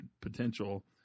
potential